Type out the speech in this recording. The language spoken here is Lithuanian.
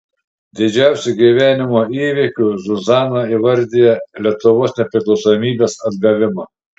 didžiausiu gyvenimo įvykiu zuzana įvardija lietuvos nepriklausomybės atgavimą